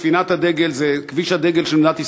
זו ספינת הדגל, זה כביש הדגל של מדינת ישראל,